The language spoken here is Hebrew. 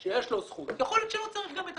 אתה מקריא את (ג) או שנוותר גם עליו?